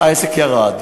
העסק ירד.